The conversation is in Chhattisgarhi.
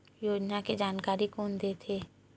योजना के जानकारी कोन दे थे?